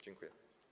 Dziękuję.